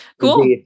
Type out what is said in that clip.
Cool